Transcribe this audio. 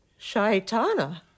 Shaitana